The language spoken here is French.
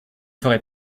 ferai